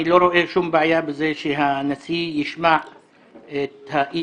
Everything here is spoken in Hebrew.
אני לא רואה שום בעיה בזה שהנשיא ישמע את אי